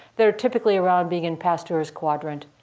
they're typically around being in pasteur's quadrant.